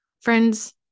Friends